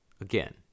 again